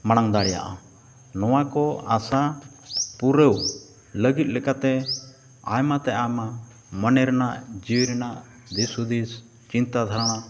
ᱢᱟᱲᱟᱝ ᱫᱟᱲᱮᱭᱟᱜᱼᱟ ᱱᱚᱣᱟ ᱠᱚ ᱟᱥᱟ ᱯᱩᱨᱟᱹᱣ ᱞᱟᱹᱜᱤᱫ ᱞᱮᱠᱟᱛᱮ ᱟᱭᱢᱟ ᱛᱮ ᱟᱭᱢᱟ ᱢᱚᱱᱮ ᱨᱮᱱᱟᱜ ᱡᱤᱣᱤ ᱨᱮᱱᱟᱜ ᱫᱤᱥ ᱦᱩᱫᱤᱥ ᱪᱤᱱᱛᱟᱹ ᱫᱷᱟᱨᱟ